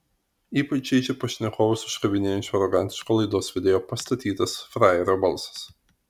ypač žeidžia pašnekovus užkabinėjančio arogantiško laidos vedėjo pastatytas frajerio balsas